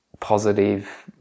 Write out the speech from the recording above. positive